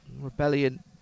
Rebellion